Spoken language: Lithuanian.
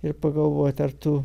ir pagalvoti ar tu